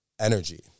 energy